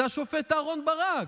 זה השופט אהרן ברק.